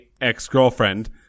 ex-girlfriend